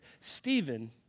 Stephen